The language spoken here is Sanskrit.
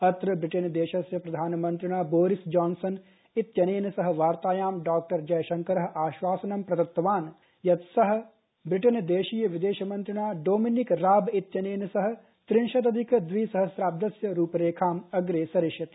अत्रब्रिटेन देशस्यप्रधानमन्त्रिणाबोरिस जॉन्सन इत्यनेनसःवार्तायां डॉ जयशंकरःआश्वासनंप्रदत्तवान्यत्सःब्रिटेन देशीय विदेशमन्त्रिणाडोमिनिक राबइत्यनेनसःत्रिंशदधिक द्विसहस्राब्दस्यरूपरेखांअग्रेसरिष्यति